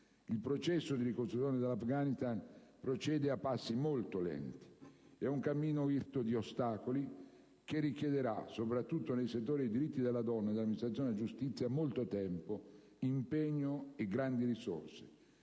Il processo di ricostruzione dell'Afghanistan procede a passi molto lenti. È un cammino irto di ostacoli che richiederà, soprattutto nei settori dei diritti della donna e dell'amministrazione della giustizia, molto tempo, impegno e grandi risorse.